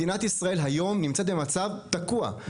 מדינת ישראל נמצאת היום במצב תקוע.